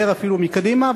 יותר אפילו מקדימה,